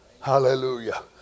Hallelujah